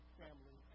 family